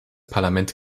parlament